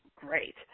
Great